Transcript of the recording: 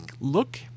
look